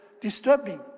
disturbing